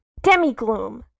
Demigloom